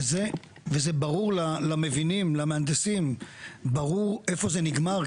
וזה ברור למבינים, למהנדסים, ברור איפה זה נגמר?